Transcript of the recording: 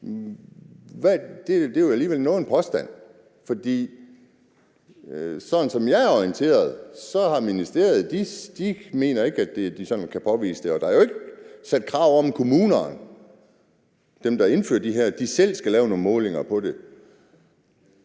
at det alligevel er noget af en påstand. For sådan som jeg er orienteret, mener ministeriet ikke, at de kan påvise det, og der er jo ikke sat krav om, at kommunerne – dem, der indfører det her – selv skal lave nogle målinger på det.